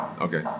Okay